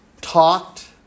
talked